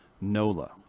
NOLA